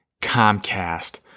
Comcast